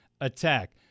attack